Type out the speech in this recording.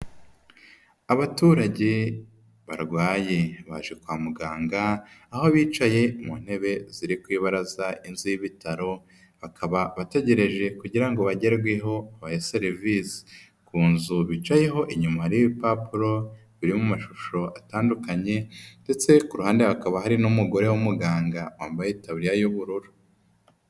Abaturage barwaye baje kwa muganga. Aho bicaye mu ntebe ziri ku ibaraza inzu y'ibitaro. Bakaba bategereje kugira ngo bagerweho babahe serivisi. Ku nzu bicayeho inyuma hariho ibipapuro biri mu mashusho atandukanye ndetse ku ruhande hakaba hari n'umugore w'umuganga wambaye itaburiya y'ubururu.